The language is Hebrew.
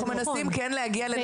אנחנו מנסים כן להגיע לנתון.